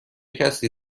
کسی